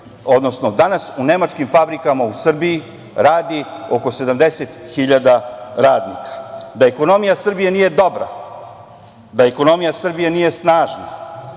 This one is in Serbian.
tehnologijama. Danas u nemačkim fabrikama u Srbiji radi oko 70.000 radnika. Da ekonomija Srbije nije dobra, da ekonomija Srbije nije snažna,